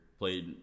Played